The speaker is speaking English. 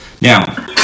Now